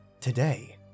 Today